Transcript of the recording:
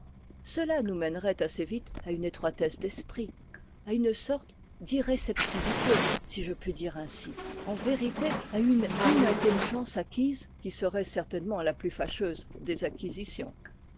cela nous mènerait assez vite à une étroitesse d'esprit à une sorte d'irréceptivité si je puis dire ainsi en vérité à une inintelligence acquise qui serait certainement la plus fâcheuse des